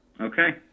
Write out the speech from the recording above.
Okay